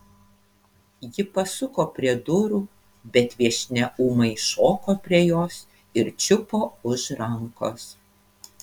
ji pasuko prie durų bet viešnia ūmai šoko prie jos ir čiupo už rankos